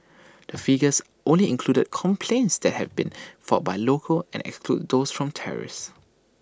the figures only included complaints that had been filed by locals and excludes those from tourists